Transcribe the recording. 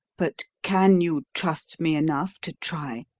but can you trust me enough to try?